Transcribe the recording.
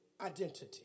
identity